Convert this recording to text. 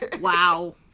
wow